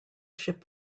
ship